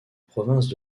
provinces